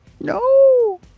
No